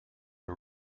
the